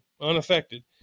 unaffected